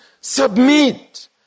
submit